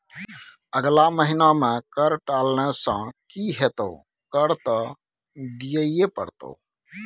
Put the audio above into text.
अगला महिना मे कर टालने सँ की हेतौ कर त दिइयै पड़तौ